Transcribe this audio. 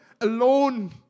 alone